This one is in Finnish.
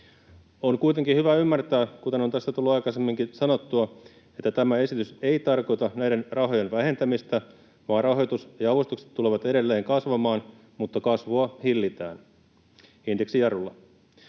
On kuitenkin hyvä ymmärtää, kuten on tässä tullut aikaisemminkin sanottua, että tämä esitys ei tarkoita näiden rahojen vähentämistä vaan rahoitus ja avustukset tulevat edelleen kasvamaan, mutta kasvua hillitään indeksijarrulla.